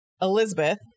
Elizabeth